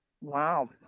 Wow